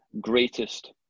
greatest